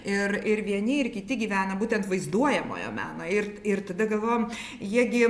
ir ir vieni ir kiti gyvena būtent vaizduojamojo meno ir ir tada galvojom jie gi